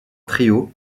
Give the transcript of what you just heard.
trio